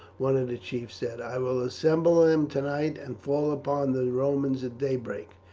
one of the chiefs said. i will assemble them tonight and fall upon the romans at daybreak.